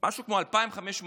משהו כמו 2,500 איש,